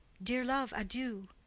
dear love, adieu!